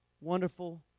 wonderful